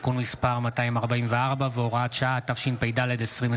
(תיקונים להגבלת השקיפות בדיני המס ולעמידה